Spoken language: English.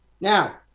Now